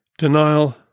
Denial